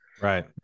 Right